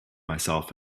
myself